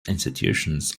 institutions